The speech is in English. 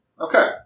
Okay